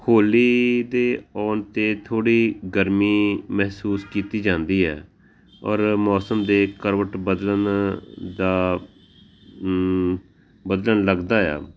ਹੋਲੀ ਦੇ ਆਉਣ 'ਤੇ ਥੋੜ੍ਹੀ ਗਰਮੀ ਮਹਿਸੂਸ ਕੀਤੀ ਜਾਂਦੀ ਹੈ ਔਰ ਮੌਸਮ ਦੇ ਕਰਵਟ ਬਦਲਣ ਦਾ ਵਧਣ ਲੱਗਦਾ ਆ